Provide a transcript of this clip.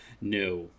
No